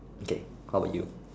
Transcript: okay how about you